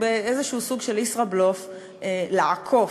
בסוג של ישראבלוף לעקוף,